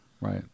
Right